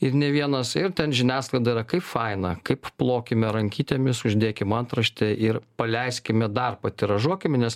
ir ne vienas ir ten žiniasklaida yra kaip faina kaip plokime rankytėmis uždėkim antraštę ir paleiskime dar patiražuokim nes